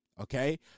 Okay